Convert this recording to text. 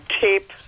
tape